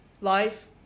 Life